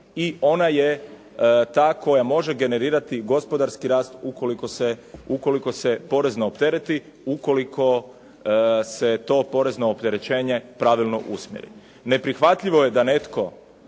i ona je ta koja može generirati gospodarski rast ukoliko se porezno optereti ukoliko se to porezno opterećenje pravilno usmjeri. Neprihvatljivo je da netko